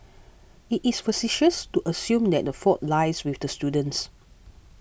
it is facetious to assume that the fault lies with the students